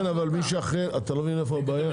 כן, אתה לא מבין איפה הבעיה.